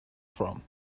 from